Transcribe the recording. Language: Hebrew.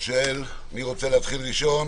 מי רוצה להתחיל ראשון?